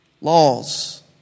laws